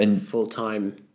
full-time